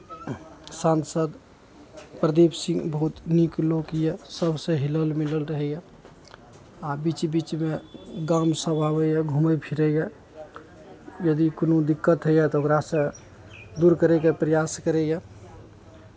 सांसद प्रदीप सिंह बहुत नीक लोक यए सभसँ हिलल मिलल रहैए आ बीच बीचमे गाम सभ आबैए घूमय फिरैए यदि कोनो दिक्कत होइए तऽ ओकरा से दूर करयके प्रयास करैए